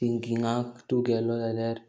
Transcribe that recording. सिंगिंगाक तूं गेलो जाल्यार